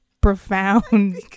profound